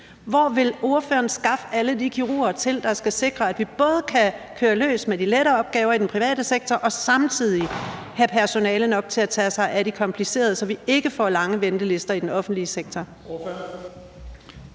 Hvor vil ordføreren skaffe alle de kirurger, der skal sikre, at vi både kan køre løs med de lettere opgaver i den private sektor og samtidig have personale nok til at tage sig af de komplicerede operationer, så vi ikke får lange ventelister i den offentlige sektor?